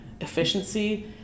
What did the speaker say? efficiency